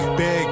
big